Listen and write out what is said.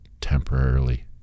temporarily